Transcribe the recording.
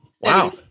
Wow